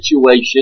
situation